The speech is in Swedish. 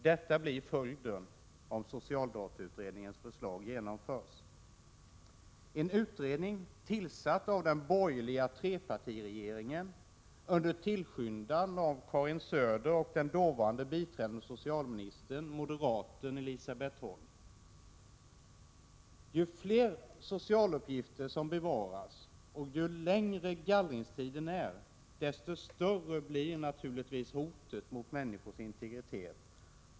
Detta blir följden om socialdatautredningens förslag förverkligas — en utredning som tillsattes av den borgerliga trepartiregeringen under tillskyndan av Karin Söder och den dåvarande biträdande socialministern, moderaten Elisabet Holm. Ju fler socialtjänstsuppgifter som bevaras och ju längre gallringstiden är, desto större blir naturligtvis hotet mot människors integritet.